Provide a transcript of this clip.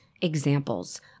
examples